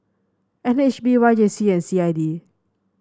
N H B Y J C and C I D